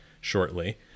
shortly